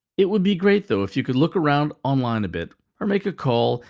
it would be great, though, if you could look around online a bit, or make a call,